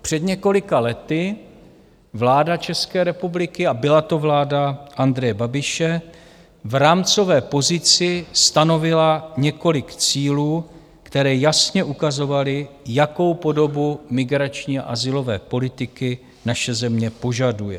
Před několika lety vláda České republiky, a byla to vláda Andreje Babiše, v rámcové pozici stanovila několik cílů, které jasně ukazovaly, jakou podobu migrační a azylové politiky naše země požaduje.